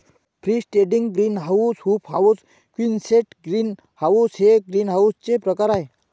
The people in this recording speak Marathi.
free standing greenhouse, hoop house, quonset greenhouse हे ग्रीनहाऊसचे प्रकार आहे